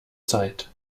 zeit